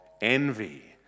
envy